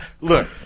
look